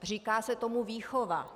Říká se tomu výchova.